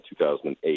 2008